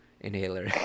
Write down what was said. inhaler